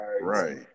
Right